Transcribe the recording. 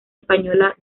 española